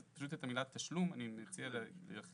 אז פשוט את המילה "תשלום" אני מציע להחליף